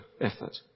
effort